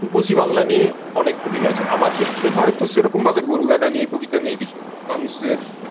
রূপসী বাংলা নিয়ে অনেক কবিতা আছে আমার ক্ষেত্রে হয়ত সেরকমভাবে গরু গাধা নিয়ে কবিতা নেই কিছু মানুষের